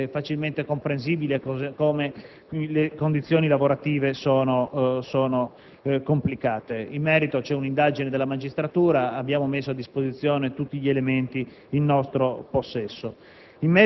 facilmente comprensibile come le condizioni lavorative siano complicate. In merito vi è un'indagine della magistratura; abbiamo messo a disposizione tutti gli elementi in nostro possesso.